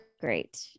great